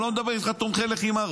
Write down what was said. לא מדבר איתך רק על תומכי לחימה.